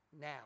now